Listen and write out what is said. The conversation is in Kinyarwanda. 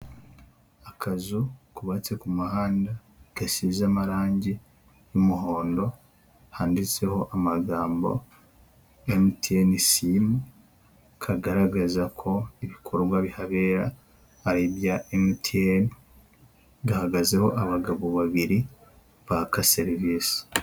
Akazu kubabatse ku muhanda, gasize amarangi y'umuhondo, handitseho amagambo MTN simu, kagaragaza ko ibikorwa bihabera ari ibyaya MTN, gahagazeho abagabo babiri baka serivisi.